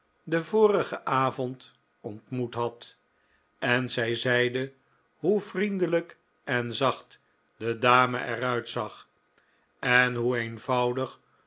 den vorigen avond ontmoet had en zij zeide hoe vriendelijk en zacht de dame er uitzag en hoe eenvoudig